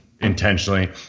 intentionally